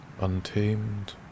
untamed